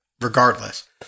Regardless